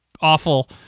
awful